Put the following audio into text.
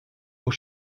aux